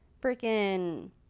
freaking